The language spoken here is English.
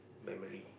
memory